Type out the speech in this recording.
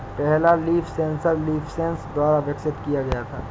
पहला leaf sensor LeafSens द्वारा विकसित किया गया था